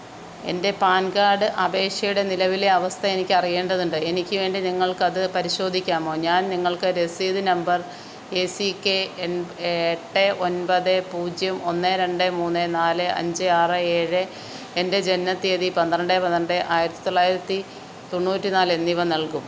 എന്റെ PAN card അപേക്ഷയുടെ നിലവിലെ അവസ്ഥ എനിക്ക് അറിയേണ്ടതുണ്ട് എനിക്ക് വേണ്ടി നിങ്ങൾക്ക് അത് പരിശോധിക്കാമോ ഞാൻ നിങ്ങൾക്ക് രസീത് നമ്പർ എ സി കെ എട്ട് ഒന്പത് പൂജ്യം ഒന്ന് രണ്ട് മൂന്ന് നാല് അഞ്ച് ആറ് ഏഴ് എന്റെ ജനനത്തീയതി പന്ത്രണ്ട് പന്ത്രണ്ട് ആയിരത്തി തൊള്ളായിരത്തി തൊണ്ണൂറ്റി നാല് എന്നിവ നൽകും